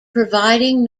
providing